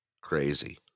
Crazy